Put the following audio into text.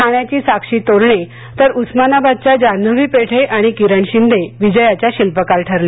ठाण्याची साक्षी तोरणे तर उस्मानाबादच्या जानवी पेठे आणि किरण शिंदे विजयाच्या शिल्पकार ठरल्या